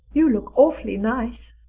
you look awfully nice,